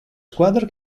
squadra